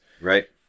right